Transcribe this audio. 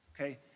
Okay